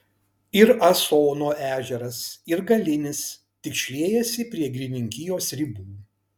ir asono ežeras ir galinis tik šliejasi prie girininkijos ribų